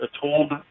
told